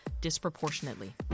disproportionately